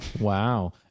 Wow